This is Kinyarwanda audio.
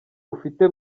ufite